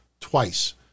twice